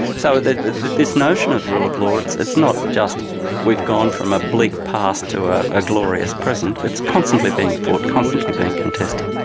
so this notion of rule of law, it's it's not just we've gone from a bleak past to ah a glorious present, it's constantly being fought, constantly being contested.